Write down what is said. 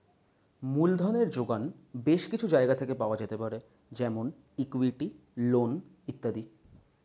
মূলধনের জোগান বেশ কিছু জায়গা থেকে পাওয়া যেতে পারে যেমন ইক্যুইটি, লোন ইত্যাদি